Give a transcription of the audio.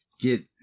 get